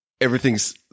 everything's